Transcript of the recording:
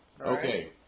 Okay